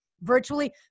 virtually